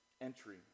entry